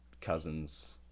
cousins